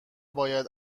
باید